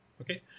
Okay